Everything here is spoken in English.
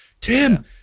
Tim